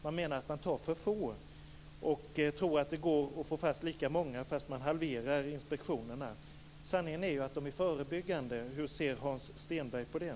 Man menar att man tar för få, och tror att det går att få fast lika många fastän man halverar inspektionerna. Sanningen är ju att de är förebyggande. Hur ser Hans Stenberg på det?